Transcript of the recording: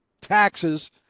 taxes